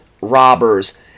robbers